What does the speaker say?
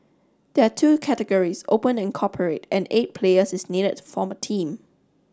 there are two categories open and corporate and eight players is needed to form a team